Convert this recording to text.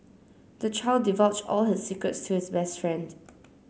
the child divulged all his secrets to his best friend